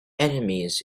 enemies